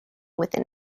within